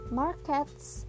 markets